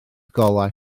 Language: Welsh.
golau